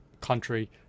country